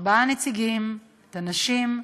ארבעה נציגים, ונשים.